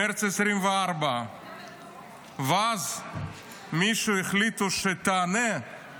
מרץ 2024. ואז מישהו החליט שמי שתענה על